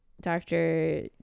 Doctor